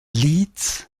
leeds